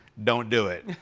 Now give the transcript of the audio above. don't do it.